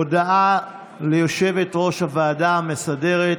הודעה ליושבת-ראש הוועדה המסדרת,